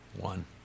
one